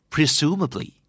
Presumably